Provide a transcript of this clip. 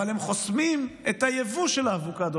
אבל הם חוסמים את היבוא של האבוקדו